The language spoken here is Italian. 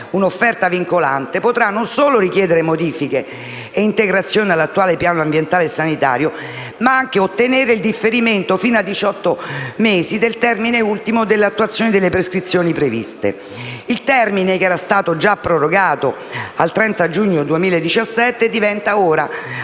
un'offerta vincolante non solo potrà chiedere modifiche in relazione all'attuale piano ambientale e sanitario, ma anche ottenere il differimento, fino a diciotto mesi, del termine ultimo per l'attuazione delle prescrizioni previste. Il termine, che era già stato prorogato al 30 giugno 2017, diventa ora,